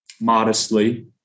modestly